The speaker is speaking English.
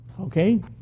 Okay